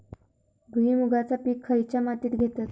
भुईमुगाचा पीक खयच्या मातीत घेतत?